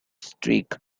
streak